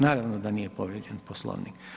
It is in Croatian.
Naravno da nije povrijeđen Poslovnik.